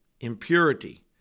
impurity